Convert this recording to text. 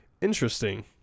Interesting